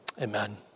Amen